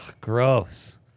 gross